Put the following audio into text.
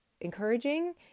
encouraging